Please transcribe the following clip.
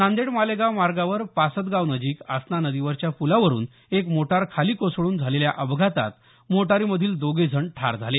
नांदेड मालेगाव मार्गावर पासदगावनजीक आसना नदीवरच्या प्लावरुन एक मोटार खाली कोसळून झालेल्या अपघातात मोटारीमधील दोघे जण ठार झाले